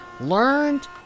learned